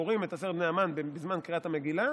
כשקוראים את עשרת בני המן בזמן קריאת המגילה,